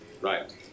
Right